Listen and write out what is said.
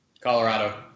Colorado